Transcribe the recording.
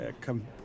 come